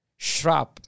shrap